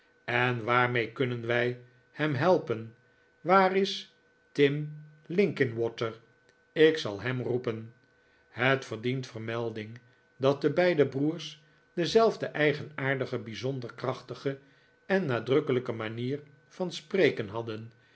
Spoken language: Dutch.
en waarmee kunnen wij hem helpen waar is tim linkinwater ik zal hem roepen het verdient vermelding dat de beide broers dezelfde eigenaardige bijzonder krachtige en nadrukkelijke manier van soreken hadden